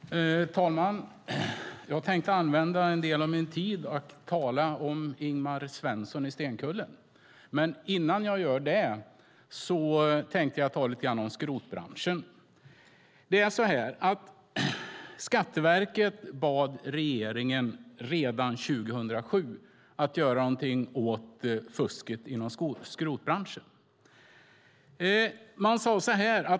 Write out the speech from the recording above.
Herr talman! Jag tänker använda en del av min talartid till att tala om Ingemar Svensson i Stenkullen. Men först ska jag säga några ord om skrotbranschen. Det är så att Skatteverket redan 2007 bad regeringen att göra någonting åt fusket inom skrotbranschen.